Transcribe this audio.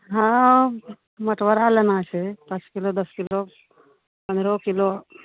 हँ मोटभरा लेना छै पाँच किलो दस किलो पनरहो किलो